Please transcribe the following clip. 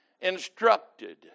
instructed